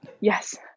Yes